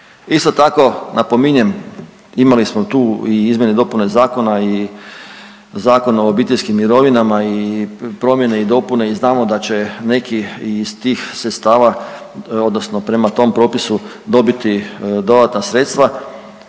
Isto tako, napominjem, imali smo tu i izmjene i dopune zakona i Zakon o obiteljskim mirovinama i promjene i dopune i znamo da će neki iz tih sredstava, odnosno prema tom propisu dobiti dodatna sredstva